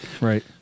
Right